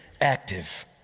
active